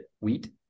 wheat